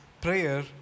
prayer